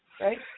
right